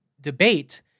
debate